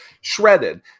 shredded